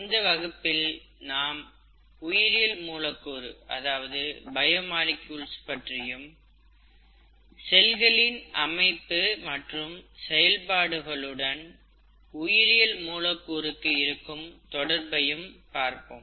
இந்த வகுப்பில் நாம் உயிரியல் மூலக்கூறு பற்றியும் செல்களின் அமைப்பு மற்றும் செயல்பாடுகளுடன் உயிரியல் மூலக்கூறுக்கு இருக்கும் தொடர்பையும் பார்ப்போம்